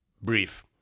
brief